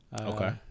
okay